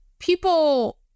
people